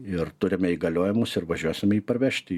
ir turime įgaliojimus ir važiuosim jį parvežti